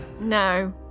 No